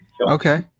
Okay